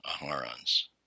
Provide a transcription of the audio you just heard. Aharon's